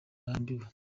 arambiwe